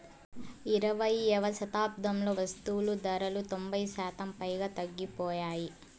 ఇరవైయవ శతాబ్దంలో వస్తువులు ధరలు తొంభై శాతం పైగా తగ్గిపోయాయి